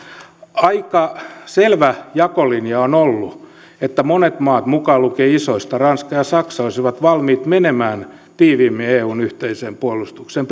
aika selvä jakolinja on ollut että monet maat mukaan lukien isoista ranska ja saksa olisivat valmiit menemään tiiviimmin eun yhteiseen puolustukseen